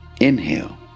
Inhale